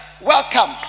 welcome